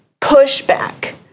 pushback